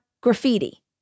graffiti